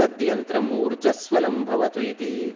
तद्यन्त्रम् उर्जस्वलं भवतु इति